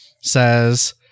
says